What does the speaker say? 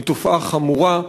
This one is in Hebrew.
היא תופעה חמורה,